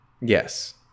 yes